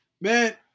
Man